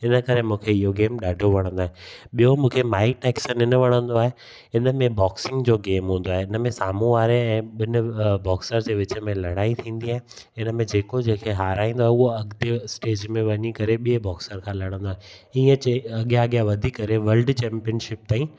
इन करे मूंखे इहो गेम ॾाढो वणंदो आहे ॿियो मूंखे माइक़ टाइसन इनमें बॉक्सिंग जो गेम हूंदो आहे इनमें साम्हूं वारे ऐं ॿिनि बॉक्सर जे विच में लड़ाई थींदी आहे हिन में जेको जंहिं खे हाराईंदो आहे उहो अॻिते स्टेज में वञी करे ॿिए बॉक्सर खां लड़ंदो आहे हीअं जे अॻियां अॻियां वधी करे वल्ड चैंपियनशिप ताईं